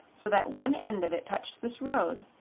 so that one end of it touched this road,